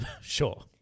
Sure